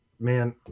Man